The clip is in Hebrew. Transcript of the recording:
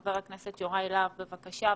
חבר הכנסת יוראי להב, בבקשה.